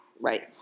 right